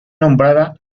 nombrada